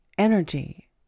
Energy